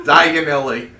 Diagonally